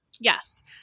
Yes